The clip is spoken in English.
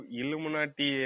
Illuminati